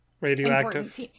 Radioactive